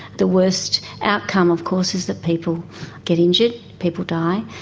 the worst outcome of course is that people get injured, people die.